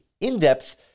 in-depth